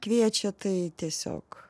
kviečia tai tiesiog